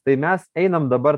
tai mes einam dabar